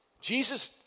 Jesus